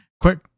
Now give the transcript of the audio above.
quick